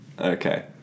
Okay